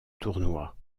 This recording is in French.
tournoi